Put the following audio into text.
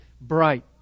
bright